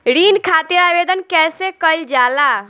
ऋण खातिर आवेदन कैसे कयील जाला?